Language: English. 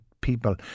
people